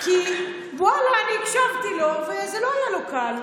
כי ואללה, אני הקשבתי לו, וזה לא היה לו קל.